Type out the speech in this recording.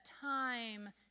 time